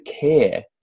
care